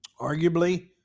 Arguably